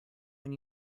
when